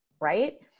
right